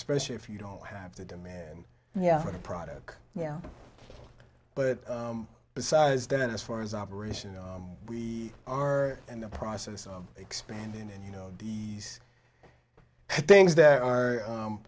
especially if you don't have the demand yeah for the product yeah but besides that as far as operations we are in the process of expanding and you know these things that are